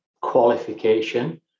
qualification